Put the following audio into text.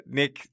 nick